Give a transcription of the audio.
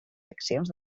seccions